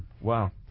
Wow